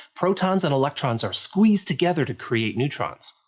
protons and electrons are squeezed together to create neutrons.